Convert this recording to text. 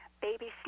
Baby